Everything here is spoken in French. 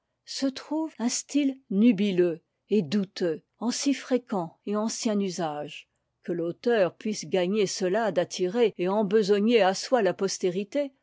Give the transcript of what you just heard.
se trouve un style nubileux et douteux en si fréquent et ancien usage que l'auteur puisse gagner cela d'attirer et embesogner à soi la postérité